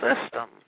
system